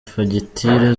fagitire